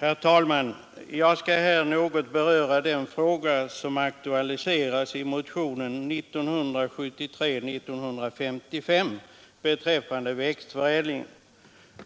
Herr talman! Jag skall här något beröra den fråga som aktualiserats i motionen 1973:1955 beträffande växtförädling.